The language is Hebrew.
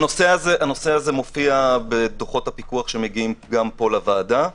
הנושא הזה מופיע בדוחות הפיקוח שמגיעים גם פה לוועדה.